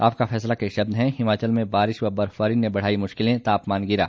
आपका फैसला के शब्द हैं हिमाचल में बारिश व बर्फबारी ने बढाई मुश्किलें तापमान गिरा